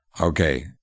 Okay